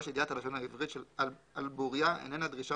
ידיעת הלשון העברית על בוריה איננה דרישה